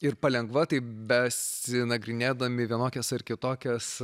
ir palengva taip besinagrinėdami vienokias ar kitokias